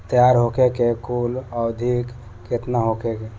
तैयार होखे के कुल अवधि केतना होखे?